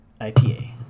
IPA